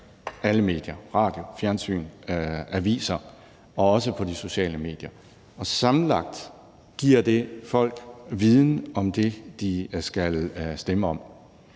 alle medier: radio, fjernsyn, aviser – og også på de sociale medier. Sammenlagt giver det folk viden om det, de skal stemme om.